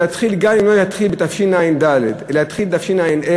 גם אם לא יתחיל בתשע"ד אלא יתחיל בתשע"ה,